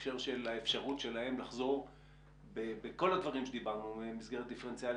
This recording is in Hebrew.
בהקשר של האפשרות שלהם לחזור בכל הדברים שדיברנו מסגרת דיפרנציאלית,